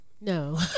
No